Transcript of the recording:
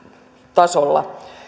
tasolla